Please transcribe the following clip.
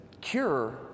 cure